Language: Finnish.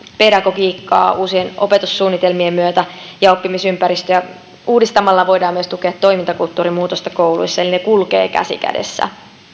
pedagogiikkaa uusien opetussuunnitelmien myötä ja oppimisympäristöjä uudistamalla voidaan myös tukea toimintakulttuurin muutosta kouluissa eli ne kulkevat käsi kädessä